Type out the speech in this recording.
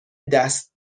دست